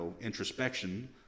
introspection